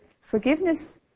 forgiveness